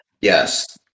Yes